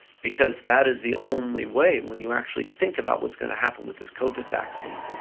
because that is the only way when you actually think about what's going to happen with this covid vaccine,